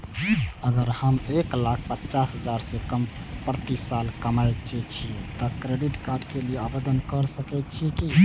अगर हम एक लाख पचास हजार से कम प्रति साल कमाय छियै त क्रेडिट कार्ड के लिये आवेदन कर सकलियै की?